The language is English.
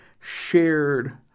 shared